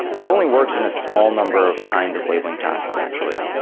that only works in a small number of kinds of labeling tasks actually.